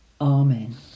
Amen